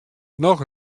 noch